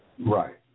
Right